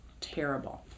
terrible